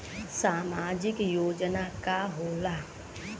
सामाजिक योजना का होला?